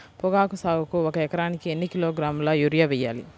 పొగాకు సాగుకు ఒక ఎకరానికి ఎన్ని కిలోగ్రాముల యూరియా వేయాలి?